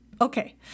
okay